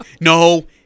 no